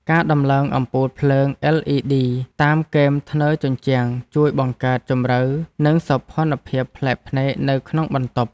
ការដំឡើងអំពូលភ្លើង LED តាមគែមធ្នើរជញ្ជាំងជួយបង្កើតជម្រៅនិងសោភ័ណភាពប្លែកភ្នែកនៅក្នុងបន្ទប់។